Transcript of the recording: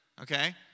Okay